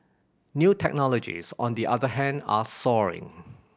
new technologies on the other hand are soaring